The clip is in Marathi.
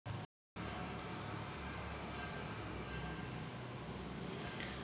परकारं हे साधन सगळ्या पिकासाठी चांगलं हाये का?